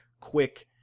quick